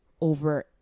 over